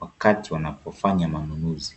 wakati wanapofanya manunuzi.